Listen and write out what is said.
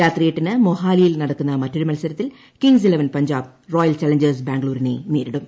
രാത്രി എട്ടിന് മൊഹാലിയിൽ നടക്കുന്ന മറ്റൊരു മത്സരത്തിൽ Kings Eleven Punjab Royal Challengers ബാംഗ്ലൂരിനെ നേരിടും